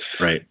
right